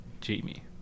Jamie